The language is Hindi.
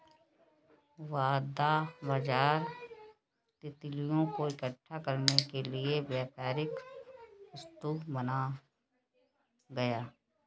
वायदा बाजार तितलियों को इकट्ठा करने के लिए व्यापारिक वस्तु बन गया